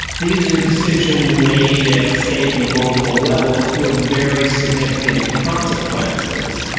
these are decisions made at state and local levels with very significant consequences.